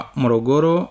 morogoro